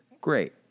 great